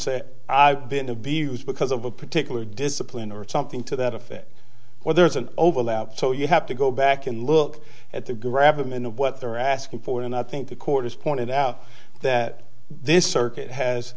say i've been abused because of a particular discipline or something to that effect or there's an overlap so you have to go back and look at the graph i'm in what they're asking for and i think the court has pointed out that this circuit has